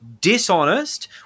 dishonest